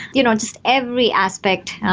you know just every aspect,